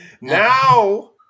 Now